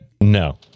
No